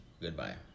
goodbye